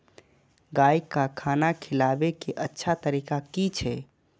गाय का खाना खिलाबे के अच्छा तरीका की छे?